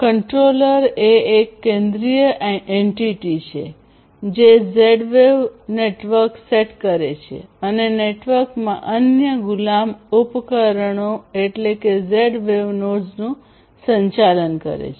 controller એ એક કેન્દ્રીય એન્ટિટી છે જે ઝેડ વેવ નેટવર્ક સેટ કરે છે અને નેટવર્કમાં અન્ય ગુલામ ઉપકરણો એટલે કે ઝેડ વેવ નોડ્સનું સંચાલન કરે છે